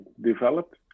developed